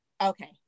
okay